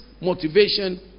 motivation